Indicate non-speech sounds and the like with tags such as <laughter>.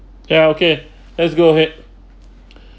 ya okay let's go ahead <breath>